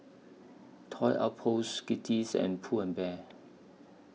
Toy Outpost Skittles and Pull and Bear